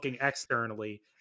externally